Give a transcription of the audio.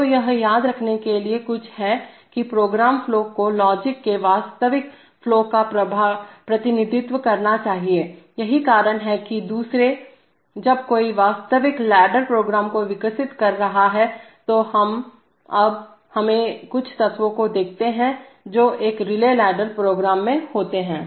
तो यह याद रखने के लिए कुछ है कि प्रोग्राम फ्लो को लॉजिक के वास्तविक फ्लो का प्रतिनिधित्व करना चाहिए यही कारण है कि दूसरे जब कोई वास्तविक लैडर प्रोग्राम को विकसित कर रहा है तो अब हम हमें कुछ तत्वों को देखते हैं जो एक रिले लैडर प्रोग्राम में होते हैं